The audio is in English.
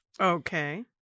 Okay